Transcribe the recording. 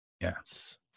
yes